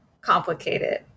complicated